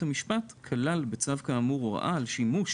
המשפט כלל בצו כאמור הוראה על שימוש